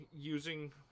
using